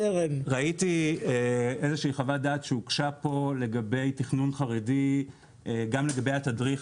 ראיתי איזו שהיא חוות דעת שהוגשה פה לגבי תכנון חרדי גם לגבי התדריך